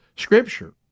scripture